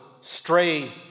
stray